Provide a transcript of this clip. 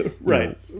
Right